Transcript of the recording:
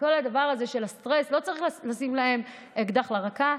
בכל הסטרס הזה לא צריך להצמיד להם אקדח לרקה.